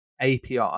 API